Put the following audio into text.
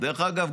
דרך אגב,